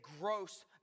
gross